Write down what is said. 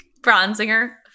Bronzinger